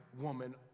woman